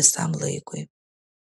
visam laikui